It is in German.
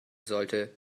sollte